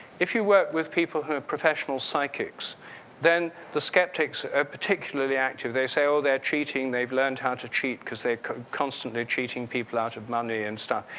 if you work with people who are professional psychics then the skeptics ah are particularly active. they say oh, they're cheating. they've learned how to cheat because they're constantly cheating people out of money and stuff.